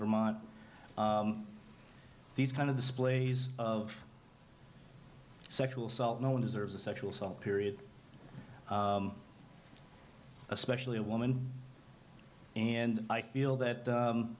vermont these kind of displays of sexual assault no one deserves a sexual assault period especially a woman and i feel that